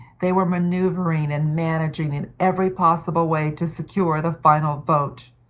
they were maneuvering and managing in every possible way to secure the final vote.